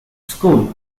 school